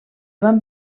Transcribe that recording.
van